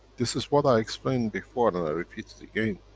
this is what i explained before, and i'll repeat it again.